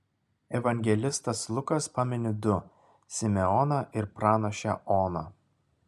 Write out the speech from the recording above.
evangelistas lukas pamini du simeoną ir pranašę oną